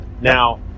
Now